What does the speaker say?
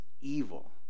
evil